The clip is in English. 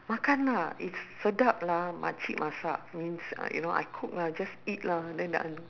makan lah it's sedap lah makcik masak means uh you know I cook lah just eat lah then the